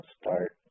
start